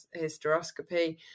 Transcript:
hysteroscopy